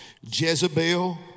Jezebel